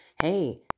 hey